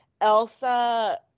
Elsa